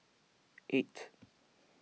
eight